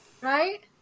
Right